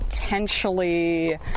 potentially